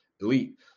elite